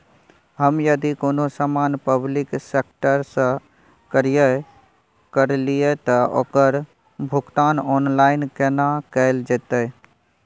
हम यदि कोनो सामान पब्लिक सेक्टर सं क्रय करलिए त ओकर भुगतान ऑनलाइन केना कैल जेतै?